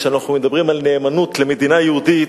כשאנחנו מדברים על נאמנות למדינה יהודית,